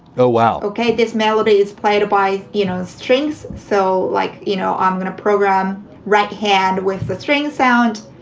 oh, well, ok. this melody is played by, you know, strings. so like, you know, i'm going to program right hand with the string sound